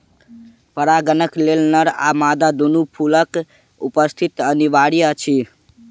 परागणक लेल नर आ मादा दूनू फूलक उपस्थिति अनिवार्य अछि